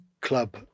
club